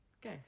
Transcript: Go